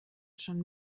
schon